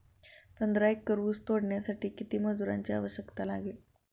पंधरा एकर ऊस तोडण्यासाठी किती मजुरांची आवश्यकता लागेल?